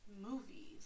Movies